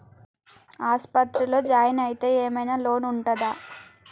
ఆస్పత్రి లో జాయిన్ అయితే ఏం ఐనా లోన్ ఉంటదా?